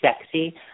sexy